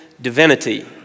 divinity